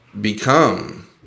become